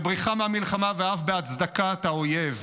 בבריחה מהמלחמה ואף בהצדקת האויב.